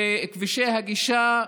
וכבישי הגישה,